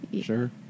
sure